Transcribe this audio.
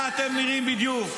אני אסביר לך למה אתה לא דואג.